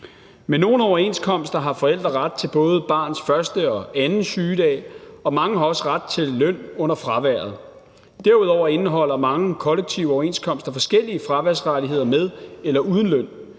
I nogle overenskomster har forældre ret til både barns første og anden sygedag, og mange har også ret til løn under fraværet. Derudover indeholder mange kollektive overenskomster forskellige fraværsrettigheder med eller uden løn.